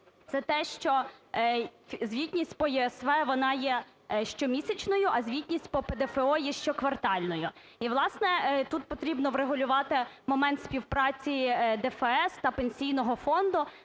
це те, що звітність по ЄСВ, вона є щомісячною, і звітність по ПДФО є щоквартальною. І власне, тут потрібно врегулювати момент співпраці ДФС та Пенсійного фонду.